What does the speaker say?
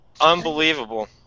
Unbelievable